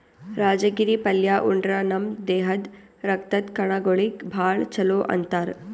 ರಾಜಗಿರಿ ಪಲ್ಯಾ ಉಂಡ್ರ ನಮ್ ದೇಹದ್ದ್ ರಕ್ತದ್ ಕಣಗೊಳಿಗ್ ಭಾಳ್ ಛಲೋ ಅಂತಾರ್